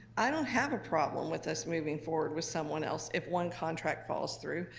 i don't have a problem with us moving forward with someone else if one contract falls through.